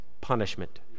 punishment